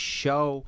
show